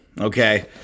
okay